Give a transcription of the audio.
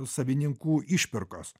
savininkų išpirkos